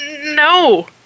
no